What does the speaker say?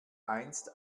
einst